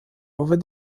over